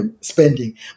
spending